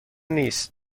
نیست